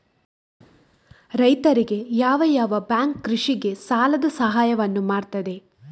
ರೈತರಿಗೆ ಯಾವ ಯಾವ ಬ್ಯಾಂಕ್ ಕೃಷಿಗೆ ಸಾಲದ ಸಹಾಯವನ್ನು ಮಾಡ್ತದೆ?